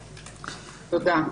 תודה.